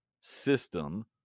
system